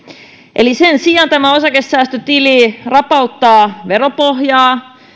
eli sen sijaan osakesäästötili rapauttaa veropohjaa